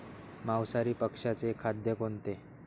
मांसाहारी पक्ष्याचे खाद्य कोणते?